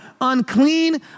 unclean